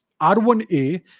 R1A